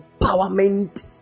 empowerment